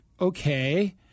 okay